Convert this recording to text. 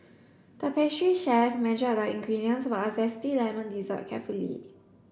the pastry chef measured the ingredients for a zesty lemon dessert carefully